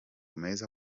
meza